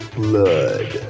blood